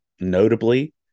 notably